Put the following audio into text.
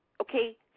okay